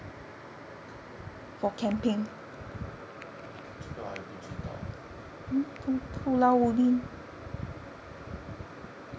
这个我还不知道